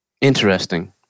Interesting